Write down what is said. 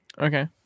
Okay